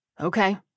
Okay